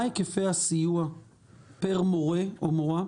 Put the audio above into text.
מה היקפי הסיוע פר מורה או מורה?